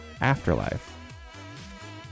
Afterlife